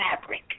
fabric